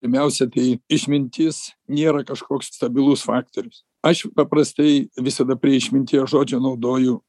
pirmiausia tai išmintis nėra kažkoks stabilus faktorius aš paprastai visada prie išminties žodžio naudoju